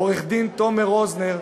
עורך-דין תומר רוזנר,